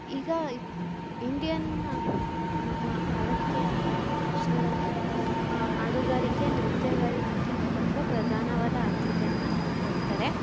ಈಗ ಇಂಡಿಯನ್ ನಮ್ಮ ಭಾರತೀಯ ಭಾರತ ರಾಷ್ಟ್ರದಲ್ಲಿ ಹಾಡುಗಾರಿಕೆ ನೃತ್ಯಗಾರಿಕೆಗೆ ತುಂಬ ಪ್ರಧಾನವಾದ ಆದ್ಯತೆಯನ್ನು ಕೊಡ್ತಾರೆ